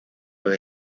los